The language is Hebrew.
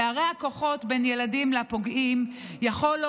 פערי הכוחות בין ילדים לפוגעים יכולים